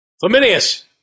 Flaminius